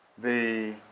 the,